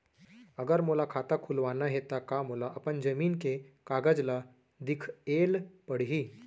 अगर मोला खाता खुलवाना हे त का मोला अपन जमीन के कागज ला दिखएल पढही?